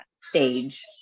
stage